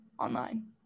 online